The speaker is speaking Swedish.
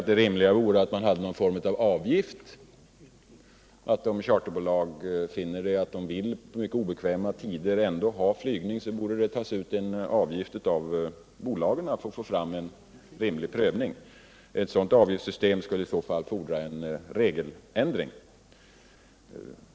Det rimliga vore att ta ut någon form av avgift, om ett charterbolag vill ha avgångar på mycket obekväma tider. Ett sådant avgiftssystem skulle emellertid fordra en regeländring.